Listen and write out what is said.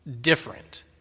different